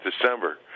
December